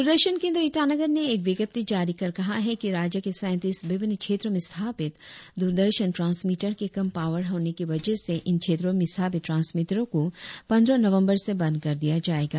द्ररदर्शन केंद्र ईटानगर ने एक विज्ञप्ति जारी कर कहा है कि राज्य के सैंतीस विभिन्न क्षेत्रों में स्थापित दूरदर्शन ट्रांसमीटर के कम पावर होने के वजय से इन क्षेत्रों में स्थापित ट्रांसमीटरों को पंद्रह नवबंर से बंद कर दिया जायेगा